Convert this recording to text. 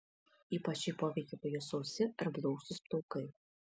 ypač šį poveikį pajus sausi ar blausūs plaukai